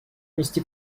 внести